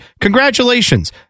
Congratulations